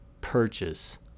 purchase